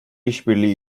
işbirliği